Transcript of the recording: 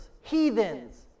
heathens